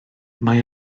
mae